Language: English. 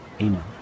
Amen